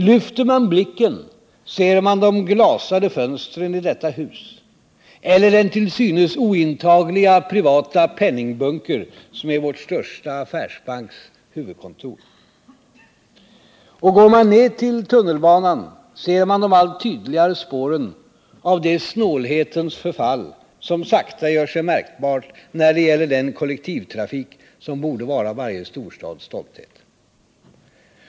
Lyfter man blicken ser man de glasade fönstren i detta hus eller den till synes ointagliga privata penningbunker som är vår största affärsbanks huvudkontor. Och går man ner till tunnelbanan ser man de allt tydligare spåren av det snålhetens förfall som sakta gör sig märkbart när det gäller den kollektivtrafik som borde vara varje storstads stolthet.